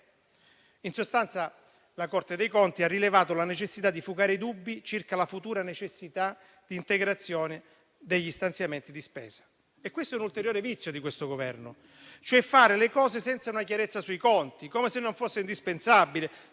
In sostanza, la Corte dei conti ha rilevato la necessità di fugare i dubbi circa la futura necessità di integrazione degli stanziamenti di spesa. È un ulteriore vizio di questo Governo: fare le cose senza una chiarezza sui conti, come se non fosse indispensabile,